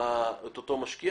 לאפשר מנגנון שיאשר את אותו משקיע.